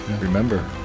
Remember